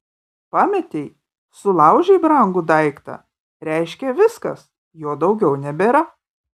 pametei sulaužei brangų daiktą reiškia viskas jo daugiau nebėra